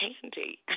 candy